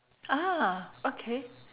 ah okay